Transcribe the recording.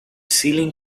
ceiling